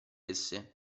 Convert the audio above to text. esse